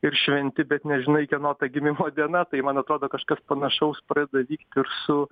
ir šventi bet nežinai kieno ta gimimo diena tai man atrodo kažkas panašaus pradeda vykt ir su